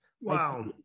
Wow